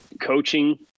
coaching